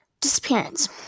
disappearance